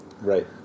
Right